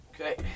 okay